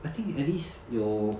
I think at least 有